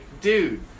dude